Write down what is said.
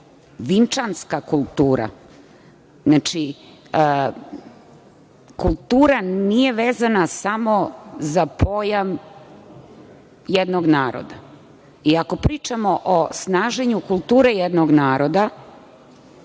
Vinčanska kultura. Znači, kultura nije vezana samo za pojam jednog naroda. Ako pričamo o snaženju kulture jednog naroda,